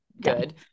good